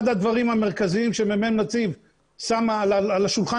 אחד הדברים המרכזיים שמ"מ נציב שם על השולחן